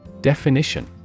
DEFINITION